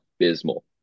abysmal